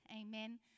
Amen